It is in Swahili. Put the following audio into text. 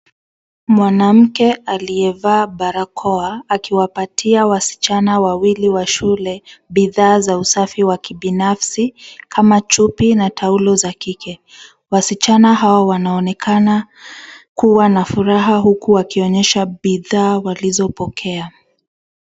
Mwanamke aliyevaa barakoa akiwapatia wasichana wawili wa shule bidhaa za usafi wa kibinafsi kama chupi na taulo za kike. Wasichana hao wanaonekana kuwa na furaha huku wakionyesha bidhaa walizopokea.